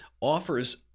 offers